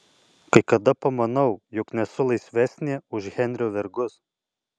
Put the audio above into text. kai kada pamanau jog nesu laisvesnė už henrio vergus